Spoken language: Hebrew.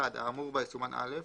האמור בה יסומן (א),